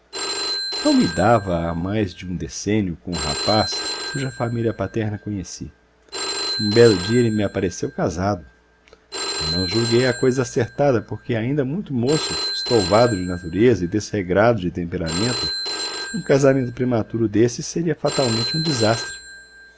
eu me dava há mais de um decênio com um rapaz cuja família paterna conheci um belo dia ele me apareceu casado não julguei a coisa acertada porque ainda muito moço estouvado de natureza e desregrado de temperamento um casamento prematuro desses seria fatalmente um desastre